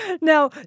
Now